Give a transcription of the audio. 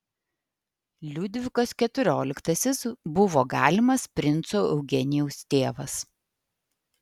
liudvikas keturioliktasis buvo galimas princo eugenijaus tėvas